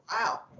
Wow